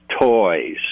toys